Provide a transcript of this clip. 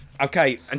Okay